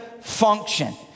function